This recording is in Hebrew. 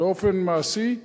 באופן מעשי,